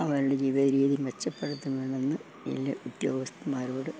അവരുടെ ജീവിത രീതി മെച്ചപ്പെടുത്തുന്ന നിന്ന് വലിയ ഉദ്യോഗസ്ഥന്മാരോട്